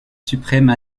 suprême